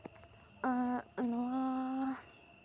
ᱱᱚᱣᱟ